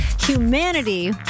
humanity